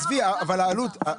ינון,